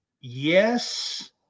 yes